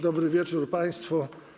Dobry wieczór państwu.